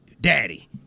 daddy